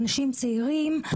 אנשים צעירים,